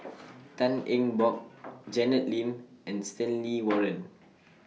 Tan Eng Bock Janet Lim and Stanley Warren